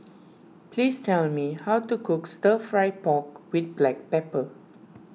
please tell me how to cook Stir Fry Pork with Black Pepper